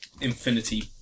infinity